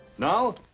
Now